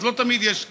לא תמיד יש מקום.